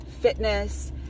fitness